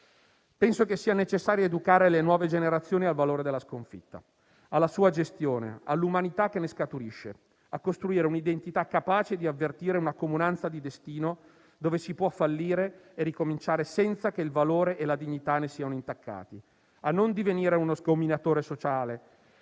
«Penso che sia necessario educare le nuove generazioni al valore della sconfitta. Alla sua gestione. All'umanità che ne scaturisce. A costruire un'identità capace di avvertire una comunanza di destino, dove si può fallire e ricominciare senza che il valore e la dignità ne siano intaccati. A non divenire uno sgomitatore sociale,